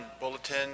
bulletin